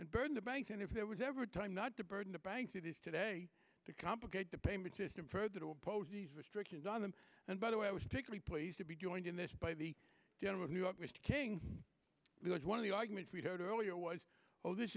and burn the bank and if there was ever a time not to burden the banks it is today to complicate the payment system further to oppose restrictions on them and by the way i was taking place to be joined in this by the general of new york mr king because one of the arguments we heard earlier was oh this